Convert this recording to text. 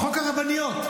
עכשיו,